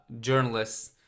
journalists